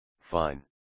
fine